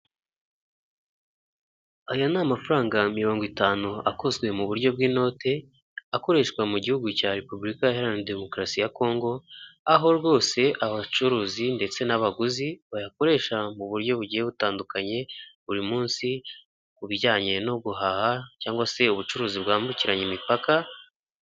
Aya ni amafaranga mirongo itanu akozwe mu buryo bw'inote, akoreshwa mu gihugu cya repubulika iharanira demokarasi ya congo, aho rwose abacuruzi ndetse n'abaguzi bayakoresha mu buryo bugiye butandukanye, buri munsi ku bijyanye no guhaha cyangwa se ubucuruzi bwambukiranya imipaka.